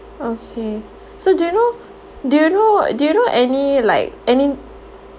okay so do you know do you know do you know any like any